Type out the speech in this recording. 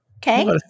Okay